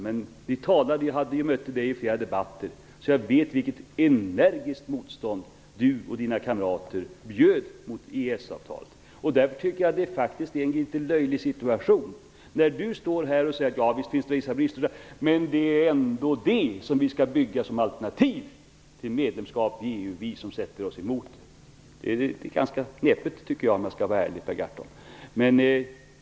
Men vi möttes i flera debatter, så jag vet vilket energiskt motstånd Per Gahrton och hans kamrater bjöd mot EES-avtalet. Därför tycker jag faktiskt att det är litet löjligt när Per Gahrton står här och säger: Visst finns det vissa brister, men det är ändå det som vi skall bygga som ett alternativ till medlemskap i EU, vi som sätter oss emot det. Jag tycker att det är ganska knepigt, Per Gahrton, om jag skall vara ärlig.